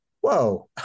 Whoa